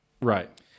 Right